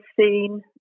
seen